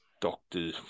Doctor